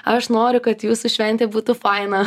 aš noriu kad jūsų šventė būtų faina